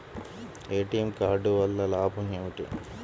ATM card వల్ల లాభం ఏమిటి?